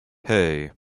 hey